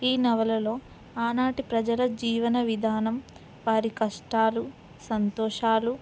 ఈ నవలలో ఆనాటి ప్రజల జీవన విధానం వారి కష్టాలు సంతోషాలు